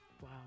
wow